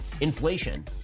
inflation